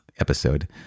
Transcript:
episode